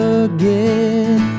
again